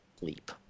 leap